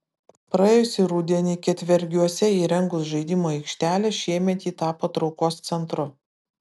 praėjusį rudenį ketvergiuose įrengus žaidimų aikštelę šiemet ji tapo traukos centru